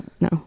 no